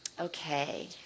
Okay